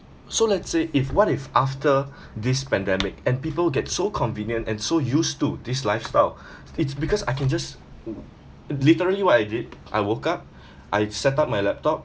so let's say if what if after this pandemic and people get so convenient and so used to this lifestyle it's because I can just wo~ literally what I did I woke up I set-up my laptop